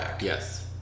Yes